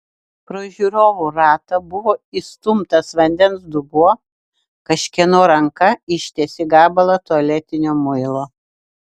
pro žiūrovų ratą buvo įstumtas vandens dubuo kažkieno ranka ištiesė gabalą tualetinio muilo